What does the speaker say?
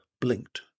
blinked